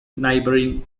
neighbouring